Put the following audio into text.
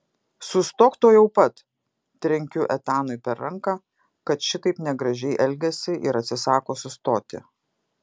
sustok tuojau pat trenkiu etanui per ranką kad šitaip negražiai elgiasi ir atsisako sustoti